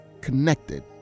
connected